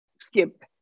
skip